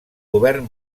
govern